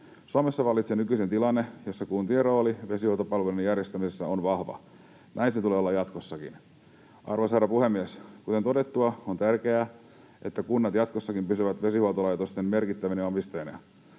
Suomessa vallitsee nykyisin tilanne, jossa kuntien rooli vesihuoltopalveluiden järjestämisessä on vahva. Näin sen tulee olla jatkossakin. Arvoisa herra puhemies! Kuten todettua, on tärkeää, että kunnat jatkossakin pysyvät vesihuoltolaitosten merkittävinä omistajina.